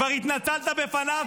כבר התנצלת בפניו?